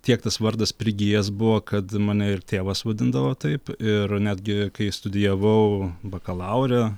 tiek tas vardas prigijęs buvo kad mane ir tėvas vadindavo taip ir netgi kai studijavau bakalaure